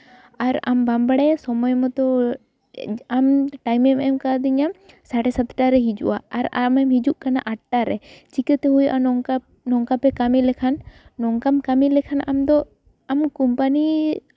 ᱟᱨ ᱟᱢ ᱵᱟᱢ ᱵᱟᱲᱟᱭᱟ ᱥᱚᱢᱚᱭ ᱢᱚᱛᱚ ᱟᱢ ᱴᱟᱭᱤᱢ ᱮᱢ ᱠᱟᱣᱫᱤᱧᱟ ᱥᱟᱬᱮ ᱥᱟᱛᱴᱟ ᱨᱮ ᱦᱤᱡᱩᱜᱼᱟ ᱟᱨ ᱟᱢᱮᱢ ᱦᱤᱡᱩᱜ ᱠᱟᱱᱟ ᱟᱴᱴᱟ ᱨᱮ ᱪᱤᱠᱟᱹᱛᱮ ᱦᱩᱭᱩᱜᱼᱟ ᱱᱚᱝᱠᱟᱯᱮ ᱠᱟᱹᱢᱤ ᱞᱮᱠᱷᱟᱱ ᱱᱚᱝᱠᱟᱢ ᱠᱟᱹᱢᱤ ᱞᱮᱠᱷᱟᱱ ᱟᱢᱫᱚ ᱟᱢ ᱠᱳᱢᱯᱟᱱᱤ